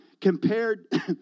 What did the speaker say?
compared